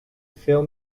fill